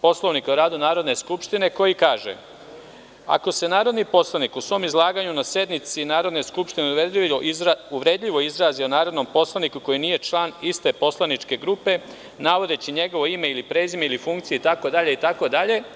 Poslovnika o radu Narodne skupštine koji kaže – ako se narodni poslanik u svom izlaganju na sednici Narodne skupštine uvredljivo izrazi o narodnom poslaniku koji nije član iste poslaničke grupe navodeći njegovo ime ili prezime ili funkcije itd, itd.